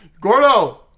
gordo